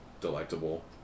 delectable